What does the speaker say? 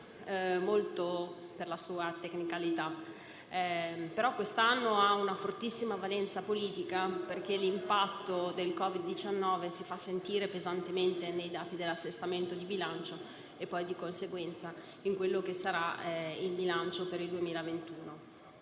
per la sua tecnicalità. Quest'anno, però, ha una fortissima valenza politica, perché l'impatto del Covid-19 si fa sentire pesantemente nei dati dell'assestamento di bilancio e, di conseguenza, in quello che sarà il bilancio per il 2021.